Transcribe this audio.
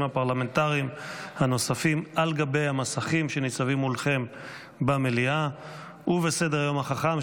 הפרלמנטריים הנוספים על המסכים שניצבים מולכם במליאה ובסדר-היום החכם,